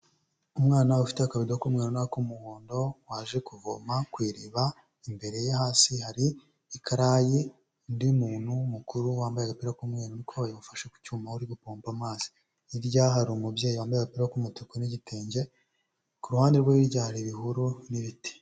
Umwana ufite akabido k'umweru n'ak'umuhondo, waje kuvoma ku iriba, imbere ye hasi hari ikarayi, undi muntu mukuru wambaye agapira k'umweru n'ikoboyi ufashe ku cyuma uri gupomba amazi, hirya hari umubyeyi wambaye agapira k'umututku n'igitenge ku ruhande rwo hira hari ibihuru n'ibiti.